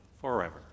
forever